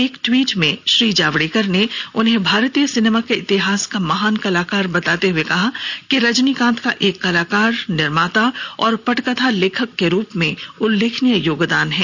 एक ट्वीट में श्री जावडेकर ने उन्हें भारतीय सिनेमा के इतिहास का महान कलाकार बताते हुए कहा कि रजनीकांत का एक कलाकार निर्माता और पटकथा लेखक के रूप में उल्लेखनीय योगदान है